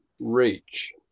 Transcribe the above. reach